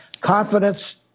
confidence